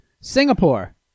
Singapore